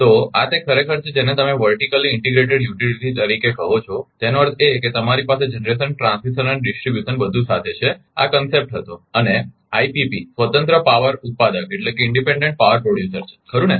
તો આ તે ખરેખર છે જેને તમે વર્ટિકલી ઇન્ટિગ્રેટેડ યુટિલિટી તરીકે કહો છો તેનો અર્થ એ કે તમારી પાસે જનરેશન ટ્રાન્સમિશન અને ડિસ્ટ્રીબ્યુશનgeneration transmission and distribution બધું સાથે છે આ ખ્યાલ હતો અને આઈપીપીIPP સ્વતંત્ર પાવર ઉત્પાદક છે ખરુ ને